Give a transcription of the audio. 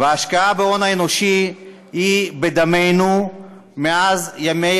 ההשקעה בהון האנושי היא בדמנו מאז ימי